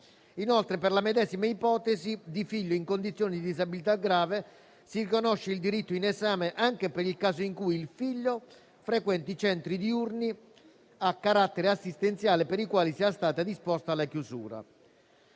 Inoltre, per la medesima ipotesi di figlio in condizioni di disabilità grave si riconosce il diritto in esame anche per il caso in cui il figlio frequenti centri diurni a carattere assistenziale per i quali sia stata disposta la chiusura.